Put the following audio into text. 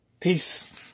Peace